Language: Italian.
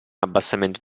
abbassamento